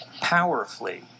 powerfully